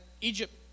Egypt